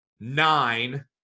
nine